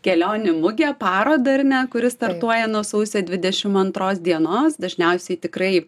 kelionių mugę parodą ar ne kuri startuoja nuo sausio dvidešimt antros dienos dažniausiai tikrai